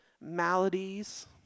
maladies